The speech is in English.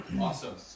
Awesome